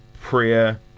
prayer